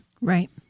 Right